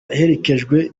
aherekejwe